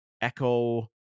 Echo